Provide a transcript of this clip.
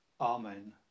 Amen